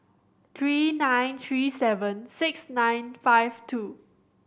three nine three seven six nine five two